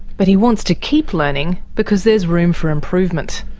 but he wants to keep learning because there's room for improvement.